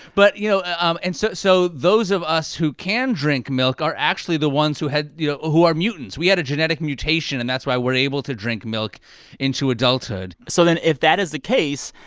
but, you know ah um and so so those of us who can drink milk are actually the ones who had you know, who are mutants. we had a genetic mutation. and that's why we're able to drink milk into adulthood so then if that is the case,